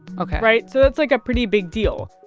ok right? so that's, like, a pretty big deal.